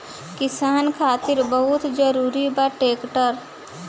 किसान खातिर बहुत जरूरी बा ट्रैक्टर